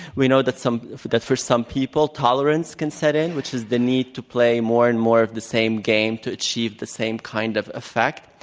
we know that some that, for some people, tolerance can set in, which is the need to play more and more of the same game to achieve the same kind of effect,